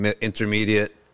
intermediate